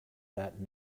that